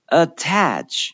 attach